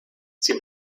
sie